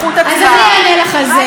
אז אני אענה לך על זה.